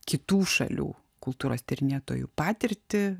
kitų šalių kultūros tyrinėtojų patirtį